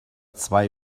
zwei